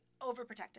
overprotective